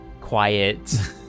quiet